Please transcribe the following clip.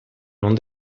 non